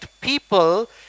people